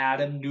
Adam